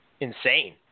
insane